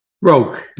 broke